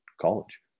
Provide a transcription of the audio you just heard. college